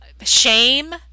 shame